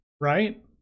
right